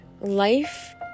life